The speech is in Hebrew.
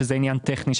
שהוא עניין טכני,